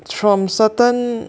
from certain